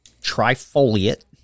trifoliate